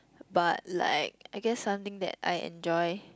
but like I guess something that I enjoy